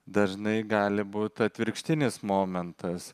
dažnai gali būt atvirkštinis momentas